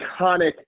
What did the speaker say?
iconic